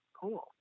Cool